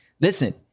listen